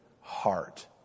heart